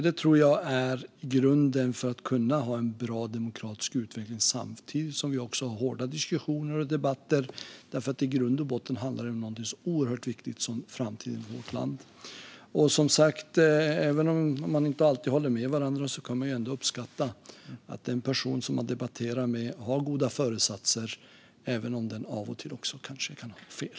Det tror jag är grunden för att kunna ha en bra demokratisk utveckling samtidigt som vi också har hårda diskussioner och debatter. I grund och botten handlar det om någonting så oerhört viktigt som framtiden för vårt land. Även om man inte alltid håller med varandra kan man som sagt ändå uppskatta att den person man debatterar med har goda föresatser, även om den av och till kanske också kan ha fel.